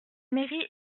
mairie